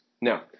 now